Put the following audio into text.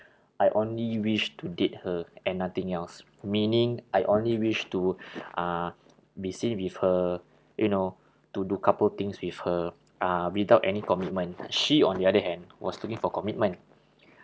I only wish to date her and nothing else meaning I only wish to uh be seen with her you know to do couple things with her uh without any commitment she on the other hand was looking for commitment